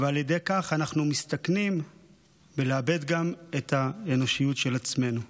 ועל ידי כך אנחנו מסתכנים בלאבד גם את האנושיות של עצמנו".